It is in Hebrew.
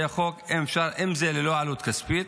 אם זה ללא עלות כספית,